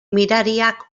mirariak